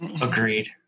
agreed